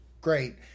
great